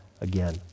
again